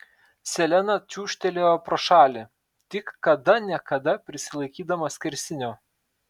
selena čiūžtelėjo pro šalį tik kada ne kada prisilaikydama skersinio